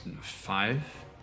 Five